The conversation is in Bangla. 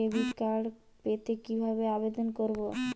ডেবিট কার্ড পেতে কিভাবে আবেদন করব?